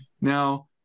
Now